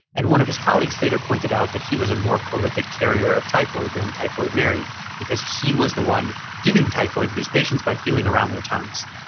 and one of his colleagues later pointed out that he was a more prolific carrier of typhoid then typhoid mary because he was the one giving typhoid to these patients by feeling around their tongues.